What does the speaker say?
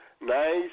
nice